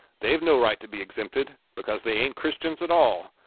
they've no right to be exempted, because they ain't christians at all.